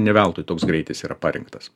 ne veltui toks greitis yra parinktas